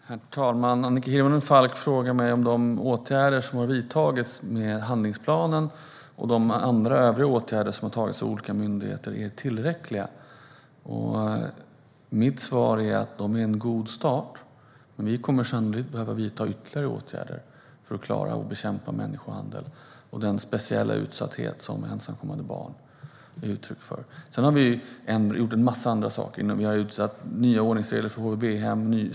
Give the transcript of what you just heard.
Herr talman! Annika Hirvonen Falk frågar mig om de åtgärder som har vidtagits vad gäller handlingsplanen och de övriga åtgärder som vidtagits av olika myndigheter är tillräckliga. Mitt svar är att de är en god start. Vi kommer sannolikt att behöva vidta ytterligare åtgärder för att klara att bekämpa människohandel och ensamkommande barns speciella utsatthet. Sedan har vi gjort en massa andra saker: Vi har infört nya ordningsregler för HVB-hem.